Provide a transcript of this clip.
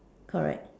correct